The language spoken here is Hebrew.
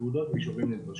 תעודות ואישורים נדרשים.